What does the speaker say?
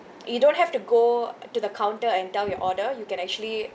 you don't have to go to the counter and tell your order you can actually